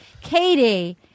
Katie